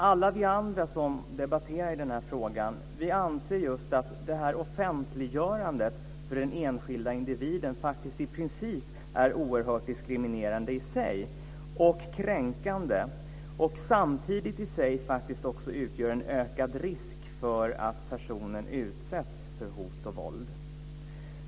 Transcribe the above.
Alla vi andra som debatterar denna fråga anser just att detta offentliggörande för den enskilda individen faktiskt i princip är oerhört diskriminerande och kränkande i sig och samtidigt faktiskt utgör en ökad risk för att personen utsätts för hot och våld.